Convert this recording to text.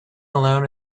alone